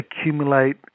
accumulate